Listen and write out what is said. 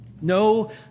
No